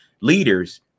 Leaders